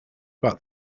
but